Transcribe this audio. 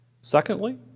Secondly